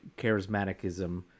charismaticism